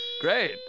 Great